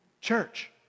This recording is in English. church